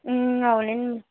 ఆవునండి